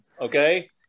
okay